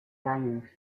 daños